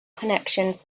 connections